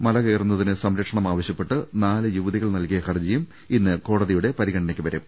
മലകയറുന്നതിന് സംരക്ഷണം ആവശ്യപ്പെട്ട് നാല് യുവതികൾ നൽകിയ ഹർജിയും ഇന്ന് കോടതിയുടെ പരിഗണനക്ക് വരും